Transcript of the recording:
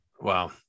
Wow